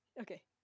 Okay